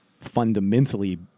fundamentally